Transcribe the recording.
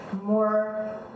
more